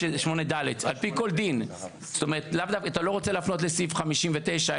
אתה לא רוצה להפנות לסעיף 59,